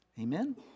Amen